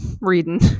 reading